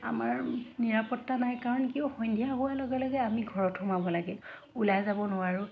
আমাৰ নিৰাপত্তা নাই কাৰণ কিয় সন্ধিয়া হোৱাৰ লগে লগে আমি ঘৰত সোমাব লাগে ওলাই যাব নোৱাৰোঁ